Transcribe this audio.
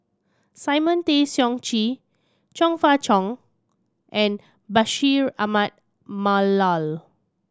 Simon Tay Seong Chee Chong Fah Cheong and Bashir Ahmad Mallal